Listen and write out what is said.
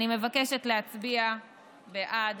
אני מבקשת להצביע בעד